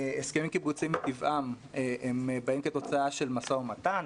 הסכמים קיבוציים מטבעם הם באים כתוצאה ממשא-ומתן,